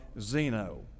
Zeno